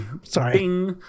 sorry